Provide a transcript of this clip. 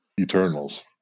Eternals